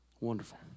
Wonderful